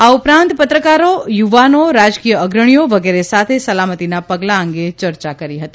આ ઉપરાંત પત્રકારો યુવાનો રાજકીય અગ્રણીઓ વગેરે સાથે સલામતિનાં પગલાં અંગે ચર્ચા કરી હતી